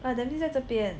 ah Dempsey 在这边